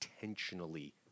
intentionally